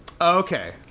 Okay